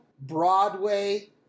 Broadway